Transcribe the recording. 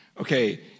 Okay